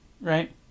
right